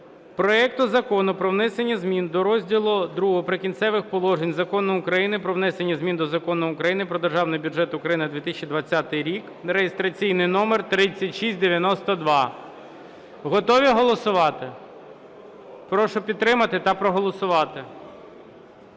проекту Закону про внесення змін до розділу ІІ "Прикінцевих положень" Закону України "Про внесення змін до Закону України "Про Державний бюджет України на 2020 рік" (реєстраційний номер 3692). Готові голосувати? Прошу підтримати та проголосувати.